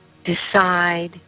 Decide